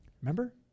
Remember